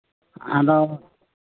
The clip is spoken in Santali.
ᱟᱫᱚ